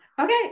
Okay